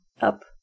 up